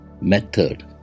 method